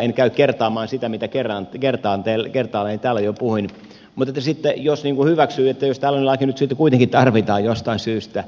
en käy kertaamaan sitä mitä kertaalleen täällä jo puhuin mutta sitten jos hyväksyy että tällainen laki nyt sitten kuitenkin tarvitaan jostain syystä